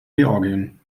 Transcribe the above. georgien